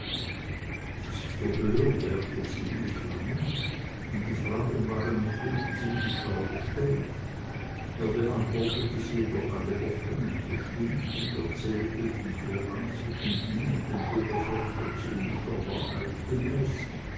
das verhör währte ziemlich lange und die fragen waren mitunter ziemlich schlau gestellt er beantwortete sie jedoch alle offen und bestimmt und erzählte den vorgang zwischen ihm und dem oberförster ziemlich der wahrheit gemäß